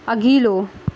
अघिलो